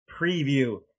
preview